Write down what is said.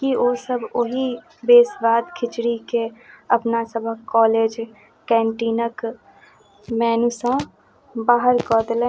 कि ओसब ओहि बेसुआद खिचड़ीकेँ अपना सभके कॉलेज कैन्टीनके मैन्यूसँ बाहर कऽ देलनि